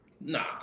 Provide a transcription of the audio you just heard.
nah